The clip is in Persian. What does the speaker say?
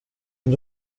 این